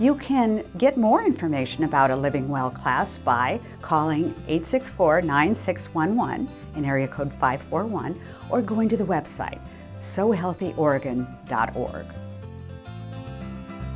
you can get more information about a living well class by calling eight six four nine six one one in area code five or one or going to the website so healthy oregon dot org